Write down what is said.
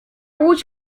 łódź